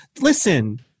Listen